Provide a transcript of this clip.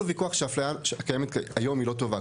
ויכוח שהאפליה הקיימת היום היא לא טובה,